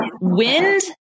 Wind